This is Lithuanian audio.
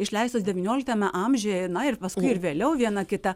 išleistos devynioliktame amžiuje na ir paskui ir vėliau viena kita